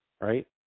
right